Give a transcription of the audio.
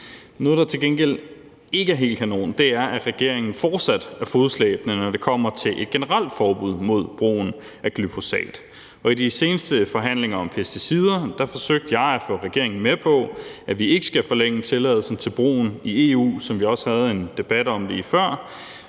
Noget, der til gengæld ikke er helt kanon, er, at regeringen fortsat er fodslæbende, når det kommer til et generelt forbud mod brugen af glyfosat. Og i de seneste forhandlinger om pesticider forsøgte jeg at få regeringen med på, at vi ikke skal forlænge tilladelsen til brugen i EU, som vi også havde en debat om lige før,